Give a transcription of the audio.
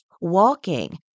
walking